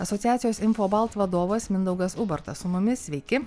asociacijos infobalt vadovas mindaugas ubartas su mumis veiki